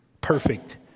perfect